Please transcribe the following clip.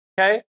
okay